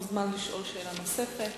אתה מוזמן לשאול שאלה נוספת.